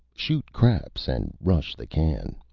shoot craps and rush the can.